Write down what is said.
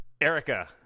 Erica